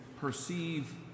perceive